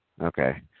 okay